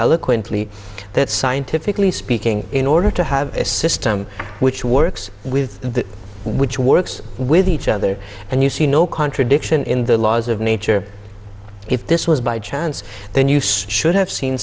eloquently that scientifically speaking in order to have a system which works with the which works with each other and you see no contradiction in the laws of nature if this was by chance then use should have seen